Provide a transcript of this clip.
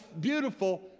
beautiful